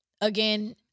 again